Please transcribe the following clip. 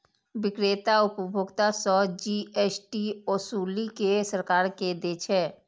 बिक्रेता उपभोक्ता सं जी.एस.टी ओसूलि कें सरकार कें दै छै